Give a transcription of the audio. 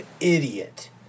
idiot